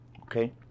okay